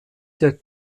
der